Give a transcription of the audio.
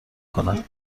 کنن